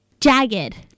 jagged